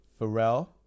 Pharrell